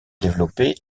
développer